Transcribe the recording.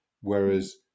Whereas